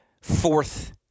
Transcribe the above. fourth